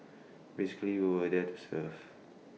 basically we were there to serve